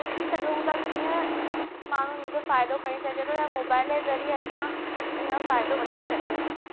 पूछी सघूं था कीअं माण्हूं हिन जो फ़ाइदो खणी सघे थो या मोबाइल जे ज़रिए असां हीन जो फ़ाइदो वठी सघूं था